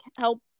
help